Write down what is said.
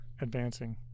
advancing